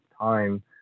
time